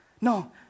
No